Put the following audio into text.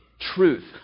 Truth